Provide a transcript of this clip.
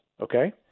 okay